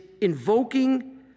invoking